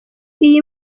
iyi